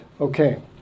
Okay